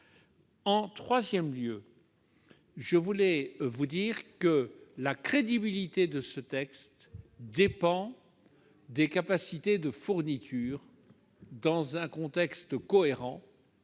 En troisième lieu, la crédibilité de ce texte dépend des capacités de fourniture, dans un contexte cohérent,